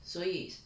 所以